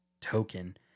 token